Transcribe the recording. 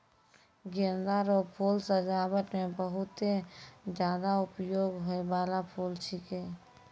गेंदा रो फूल सजाबट मे बहुत ज्यादा उपयोग होय बाला फूल छिकै